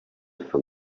for